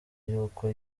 yuko